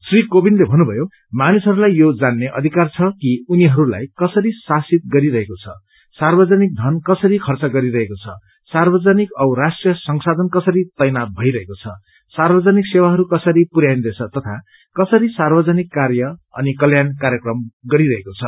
श्री कोविन्दले भन्नुभयो मानिसहरूलाई यो जात्रे अधिकार छ कि उनीहरूलाई कसरी शासित गरिरहेको छ सार्वजनिक धन कसरी खर्च गरिरहेको छ सार्वजनिक औ राष्ट्रीय संशायन कसरी तैनाथ भइरहेको छ सार्वजनिक सेवाहरू कसरी पुरयाइन्दैछ तथा कसरी सार्वजनिक कार्य अनि कल्याण कार्यक्रम गरिरहेको छ